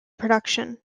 production